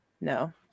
no